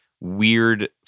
weird